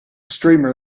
streamer